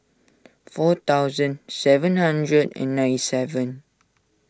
four thousand seven hundred and ninety seven